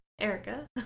Erica